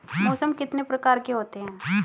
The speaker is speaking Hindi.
मौसम कितने प्रकार के होते हैं?